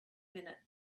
minute